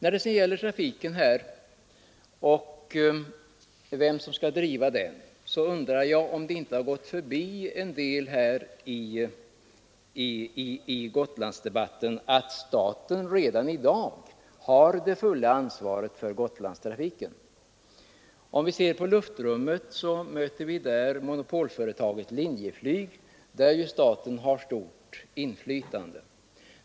Beträffande trafiken och vem som skall driva den undrar jag om det inte gått förbi vissa av dem som deltar i Gotlandsdebatten att staten redan i dag har det fulla ansvaret för Gotlandstrafiken. Om vi ser på luftrummet möter vi monopolföretaget Linjeflyg, där ju staten har stort inflytande.